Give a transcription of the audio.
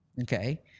okay